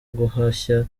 guhashya